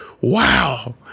wow